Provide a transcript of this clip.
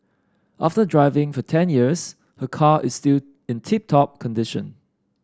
after driving for ten years her car is still in tip top condition